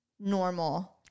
normal